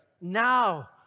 Now